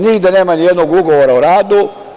Nigde nema nijednog ugovora o radu.